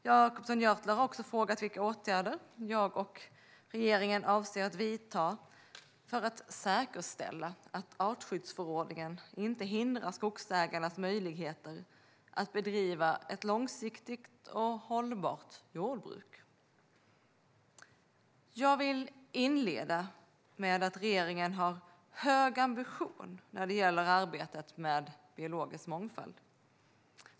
Jacobsson Gjörtler har också frågat vilka åtgärder jag och regeringen avser att vidta för att säkerställa att artskyddsförordningen inte hindrar skogsägarnas möjligheter att bedriva ett långsiktigt och hållbart skogsbruk. Jag vill inleda med att regeringen har en hög ambition när det gäller arbetet med biologisk mångfald.